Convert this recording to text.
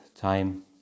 time